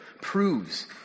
proves